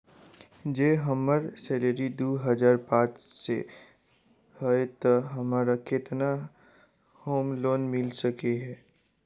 जँ हम्मर सैलरी दु हजार पांच सै हएत तऽ हमरा केतना होम लोन मिल सकै है?